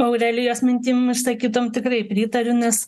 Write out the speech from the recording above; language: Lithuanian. aurelijos mintim išsakytom tikrai pritariu nes